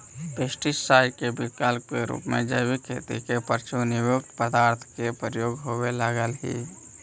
pesticide के विकल्प के रूप में जैविक खेती में प्रयुक्त नीमयुक्त पदार्थ के प्रयोग होवे लगले हि